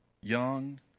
young